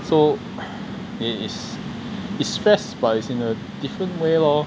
so it is is stressed but in a different way lor